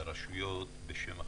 ברשויות בשם אחר.